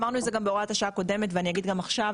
אמרנו את זה גם בהוראת השעה הקודמת ואני אגיד גם עכשיו,